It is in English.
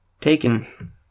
Taken